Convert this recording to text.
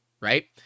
right